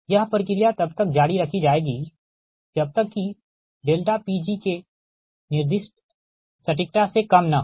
यह प्रक्रिया तब तक जारी रखी जाएगी जब तक कि PgK निर्दिष्ट सटीकता से कम न हो